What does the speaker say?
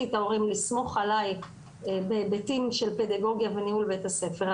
את ההורים לסמוך עליי בהיבטים של פדגוגיה וניהול בית הספר.